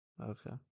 okay